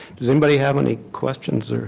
does anybody have any questions?